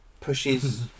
pushes